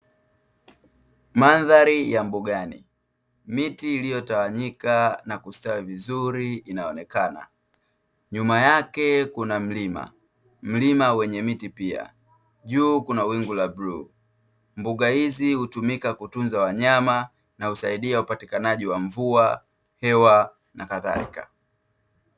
Mandhari ya mbugani, miti iliyotawanyika na kustawi vizuri inaonekana nyuma yake kuna mlima, mlima wenye miti pia juu kuna wingu la bluu, mbuga hizi hutumika kutunza wanyama na husaidiya upatikanaji wa mvua, hewa na kadhalika.